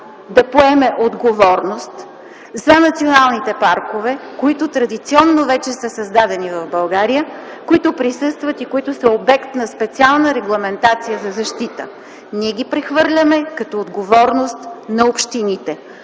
да поеме отговорност за националните паркове, които традиционно вече са създадени в България, които присъстват и които са обект на специална регламентация за защита. Ние ги прехвърляме като отговорност на общините.